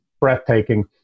breathtaking